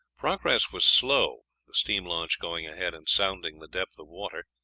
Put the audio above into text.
progress was slow, the steam launch going ahead and sounding the depth of water,